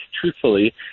truthfully